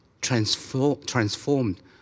transformed